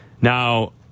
Now